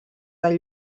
del